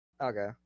Okay